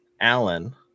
allen